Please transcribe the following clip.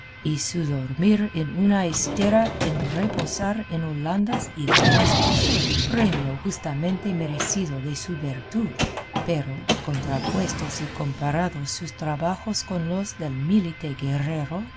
y su dormir en una estera en reposar en holandas y damascos premio justamente merecido de su virtud pero contrapuestos y comparados sus trabajos con los del mílite guerrero